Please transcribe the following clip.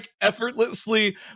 effortlessly